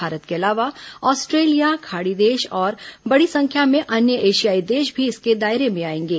भारत के अलावा ऑस्ट्रेलिया खाड़ी देश और बड़ी संख्या में अन्य एशियाई देश भी इसके दायरे में आयेंगे